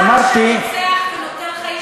את זה שוב פעם: אדם שרוצח הוא נוטל חיים,